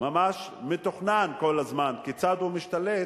ממש מתוכנן, כל הזמן, כיצד הוא משתלט,